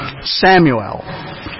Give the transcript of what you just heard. Samuel